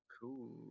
Cool